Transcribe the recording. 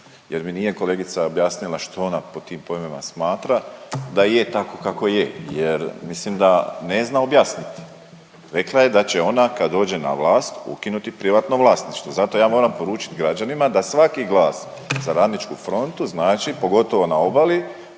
jer mi nije kolegica objasnila što ona pod tim pojmovima smatra da je tako kako je jer mislim da ne zna objasniti. Rekla je da će ona kad dođe na vlast ukinuti privatno vlasništvo. Zato ja moram poručiti građanima da svaki glas za Radničku frontu znači pogotovo na obali